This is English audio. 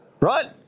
right